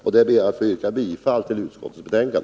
Jag ber att få yrka bifall till utskottets hemställan.